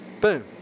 Boom